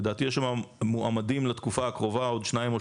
לדעתי מועמדים לתקופה הקרובה עוד שניים או